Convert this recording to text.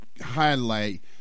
highlight